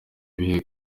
ibihe